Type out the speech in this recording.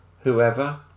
whoever